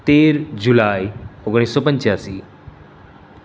તેર જુલાઈ ઓગણીસો પંચ્યાસી